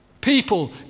People